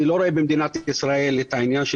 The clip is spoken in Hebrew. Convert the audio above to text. אני לא רואה במדינת ישראל את העניין של